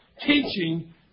teaching